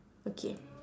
okay